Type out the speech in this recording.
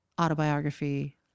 autobiography